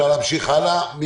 אני